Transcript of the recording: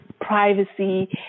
privacy